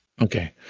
Okay